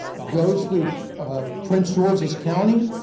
goes through prince george's county,